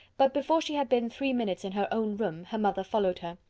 but before she had been three minutes in her own room, her mother followed her.